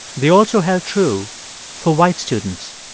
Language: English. they also held true for white students.